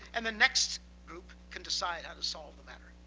and the next group can decide how to solve the matter.